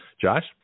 Josh